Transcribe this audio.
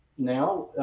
now,